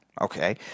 Okay